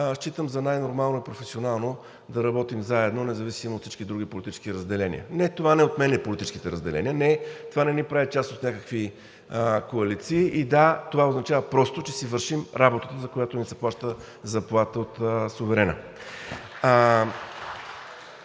считам за най-нормално професионално да работим заедно, независимо от всички други политически разделения. Не, това не отменя политическите разделния, не, това не ни прави част от някакви коалиции и да, това означава просто, че си вършим работата, за която ни се плаща заплата от суверена.